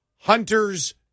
Hunter's